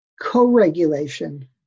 co-regulation